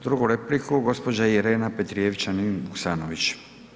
Drugu repliku gđa. Irena Petrijevčanin Vuksanović.